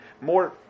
more